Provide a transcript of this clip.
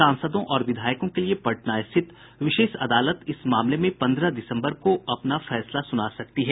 सांसदों और विधायकों के लिए पटना स्थित विशेष अदालत इस मामले में पन्द्रह दिसम्बर को अपना फैसला सुना सकती है